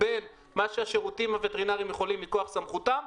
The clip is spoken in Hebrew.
אם התקיימו כל אלה: